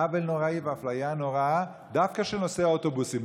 עוול נוראי ואפליה נוראה דווקא של נוסעי האוטובוסים.